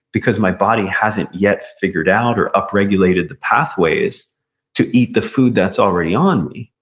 because my body hasn't yet figured out, or up-regulated the pathways to eat the food that's already on me,